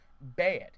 bad